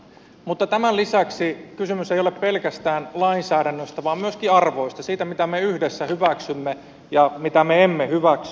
mutta tämän lisäksi kysymys ei ole pelkästään lainsäädännöstä vaan myöskin arvoista siitä mitä me yhdessä hyväksymme ja mitä me emme hyväksy